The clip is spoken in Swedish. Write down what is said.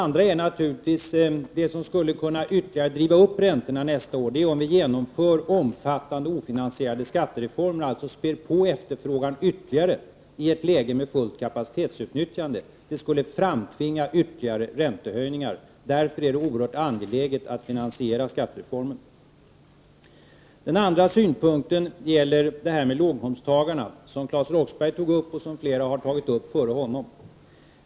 Något som ytterligare skulle kunna driva upp räntenivåerna nästa år är genomförande av omfattande ofinansierade skattereformer. Därigenom skulle vi alltså spä på efterfrågan ytterligare i ett läge då vi redan har fullt kapacitetsutnyttjande. Det skulle framtvinga ytterligare räntehöjningar. Därför är det oerhört angeläget att finansiera skattereformen. Den andra synpunkten gäller frågan om låginkomsttagarna, som Claes Roxbergh berörde och som flera berört före honom.